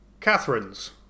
Catherine's